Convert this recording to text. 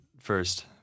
first